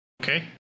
Okay